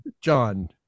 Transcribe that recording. John